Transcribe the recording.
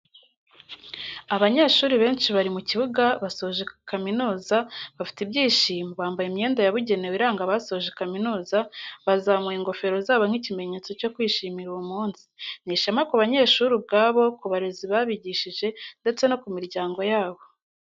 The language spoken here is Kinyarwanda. Abanyeshuri benshi bari mu kibuga basoje kamizuza bafite ibyishimo, bambaye imyenda yabugenewe iranga abasoje kaminuza, bazamuye ingofero zabo nk'ikimenyetso cyo kwishimira uwo munsi, ni ishema ku banyeshuri ubwabo, ku barezi babigishije ndetse no ku miryango yabo.